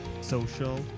Social